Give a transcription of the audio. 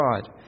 God